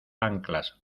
anclas